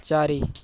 ଚାରି